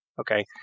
Okay